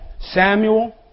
Samuel